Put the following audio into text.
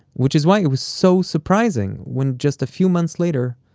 which is why it was so surprising when, just a few months later,